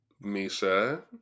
Misha